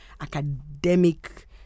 academic